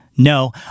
No